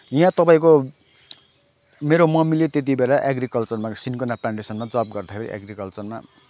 यहाँ तपाईँको मेरो मम्मीले त्यतबेला एग्रीकल्चरमा सिनकोना प्लान्टेसनमा जब गर्दाखेरि एग्रीकल्चरमा